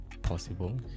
possible